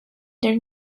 their